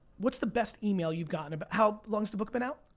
what's the best email you got? and but how long's the book been out?